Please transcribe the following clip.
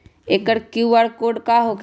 एकर QR code का होकेला?